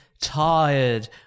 tired